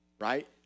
Right